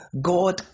God